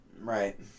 Right